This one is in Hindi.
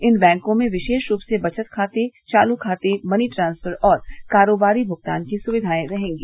इन बैंको में विरोष रूप से बचत खातें चालू खातें मनी ट्रांस्फर और कारोबारी भुगतान की सुविधाएं रहेंगी